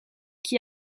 qui